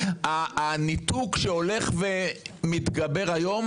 הניתוק שהולך ומתגבר היום,